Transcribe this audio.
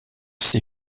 ses